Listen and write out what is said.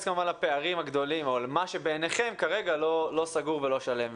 לפערים הגדולים או למה שבעיניכם כרגע לא סגור ולא שלם,